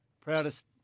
Proudest